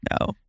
no